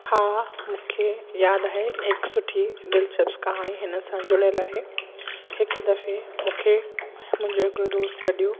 हा मूंखे यादि आहे हिकु सुठी दिलचस्प कहाणी हिन सां जुड़ियलु आहे हिकु दफ़े मूंखे मुंहिंजो हिकिड़ो दोस्त गॾियो